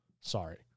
Sorry